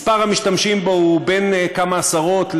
מספר המשתמשים בו הוא בין כמה עשרות,